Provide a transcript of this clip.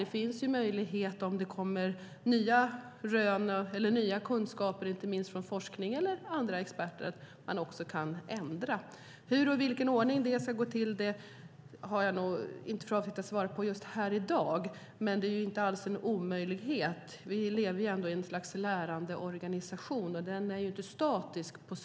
Det finns möjlighet, om det kommer nya kunskaper från forskning eller experter, att ändra. Hur och i vilken ordning det ska gå till har jag inte för avsikt att svara på just här i dag, men det är inte alls en omöjlighet. Vi lever ändå i ett slags lärande organisation, den är inte statisk.